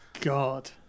God